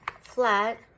flat